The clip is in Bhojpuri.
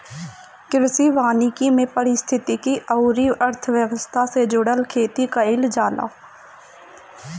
कृषि वानिकी में पारिस्थितिकी अउरी अर्थव्यवस्था से जुड़ल खेती कईल जाला